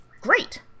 great